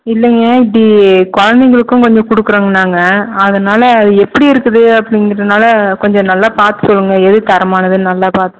இல்லைங்க இப்படி குழந்தைங்களுக்கும் கொஞ்சம் கொடுக்குறோங்க நாங்கள் அதனால அது எப்படி இருக்குது அப்படிங்கிறதுனால கொஞ்சம் நல்லா பார்த்து சொல்லுங்கள் எது தரமானதுன்னு நல்லா பார்த்து